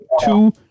two